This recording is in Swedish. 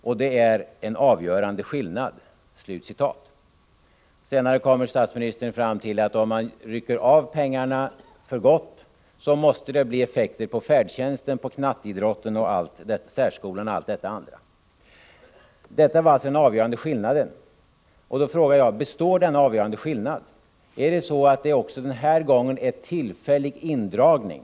Och det är en avgörande skillnad.” Senare kommer statsministern fram till att om man rycker av kommunerna pengarna för gott så måste det bli effekter på färdtjänsten, knatteidrotten, särskolan och allt detta andra. Det var alltså den avgörande skillnaden. Då frågar jag: Består denna avgörande skillnad? Är det också den här gången en tillfällig indragning?